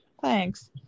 thanks